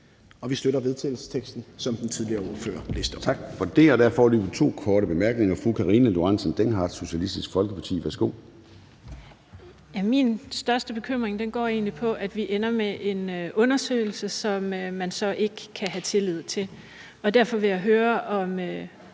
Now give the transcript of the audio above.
Vi støtter vedtagelsesteksten, som den tidligere ordfører læste op.